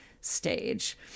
stage